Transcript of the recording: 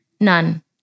None